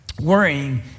worrying